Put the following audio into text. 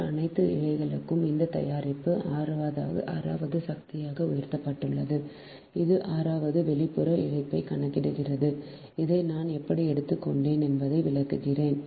மற்ற அனைத்து இழைகளுக்கும் இந்த தயாரிப்பு 6 வது சக்தியாக உயர்த்தப்பட்டுள்ளது இது 6 வது வெளிப்புற இழையை கணக்கிடுகிறது இதை நான் எப்படி எடுத்துக்கொண்டேன் என்பதையும் விளக்குகிறேன்